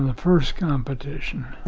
and first competition.